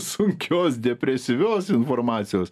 sunkios depresyvios informacijos